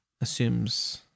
assumes